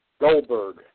Goldberg